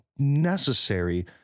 necessary